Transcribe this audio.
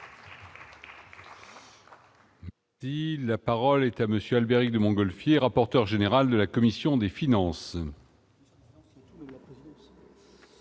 Si la parole est à monsieur Albéric de Montgolfier, rapporteur général de la commission des finances.